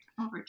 over